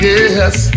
Yes